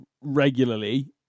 regularly